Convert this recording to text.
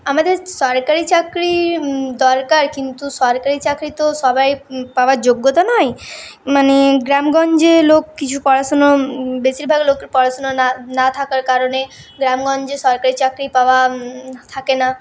আমাদের সরকারি চাকরি দরকার কিন্তু সরকারি চাকরি তো সবাই পাওয়ার যোগ্যতা নয় মানে গ্রামগঞ্জে লোক কিছু পড়াশোনা বেশীরভাগ লোক পড়াশোনা না না থাকার কারণে গ্রামগঞ্জে সরকারি চাকরি পাওয়া থাকে না